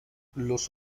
los